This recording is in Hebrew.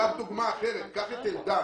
קח דוגמה אחרת את אלדן.